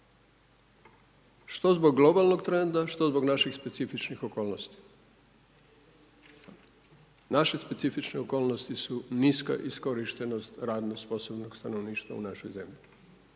Što zbog globalnog trenda, što zbog naših specifičnih okolnosti. Naše specifične okolnosti su niska iskorištenost radno sposobnog stanovništva u našoj zemlji.